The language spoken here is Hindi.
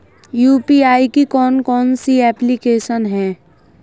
यू.पी.आई की कौन कौन सी एप्लिकेशन हैं?